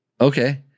Okay